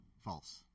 false